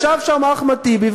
ישב שם אחמד טיבי,